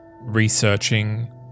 researching